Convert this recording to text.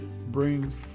brings